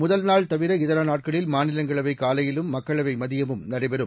முதல் நாள் தவிர இதரநாட்களில் மாநிலங்களவைகாலையிலும் மக்களவைமதியமும் நடைபெறும்